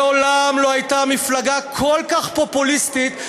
מעולם לא הייתה מפלגה כל כך פופוליסטית,